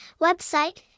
Website